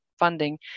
funding